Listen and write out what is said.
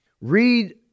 read